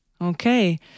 okay